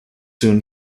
soon